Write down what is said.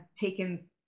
taken